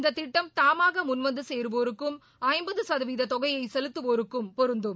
இந்தத் திட்டம் தாமாக முன்வந்து சேருவோருக்கும் ஐம்பது சதவீத தொகையை செலுத்துவோருக்கும் பொருந்தும்